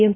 M